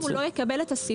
גם אם הוא לא יקבל את הסיבה,